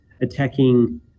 attacking